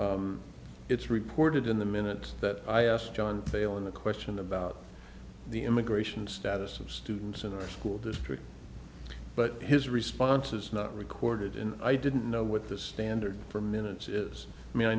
it's reported in the minutes that i asked john beilein the question about the immigration status of students in our school district but his response is not recorded in i didn't know what the standard for minutes is i mean i